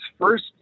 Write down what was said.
first